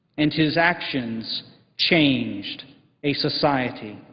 and his actions changed a society.